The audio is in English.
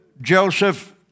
Joseph